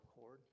cord